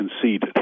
conceded